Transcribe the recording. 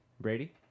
Brady